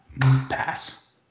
pass